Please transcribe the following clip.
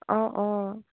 অঁ অঁ